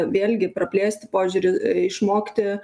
vėlgi praplėsti požiūrį išmokti